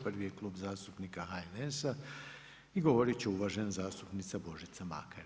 Prvi je Klub zastupnika HNS-a i govorit će uvažena zastupnica Božica Makar.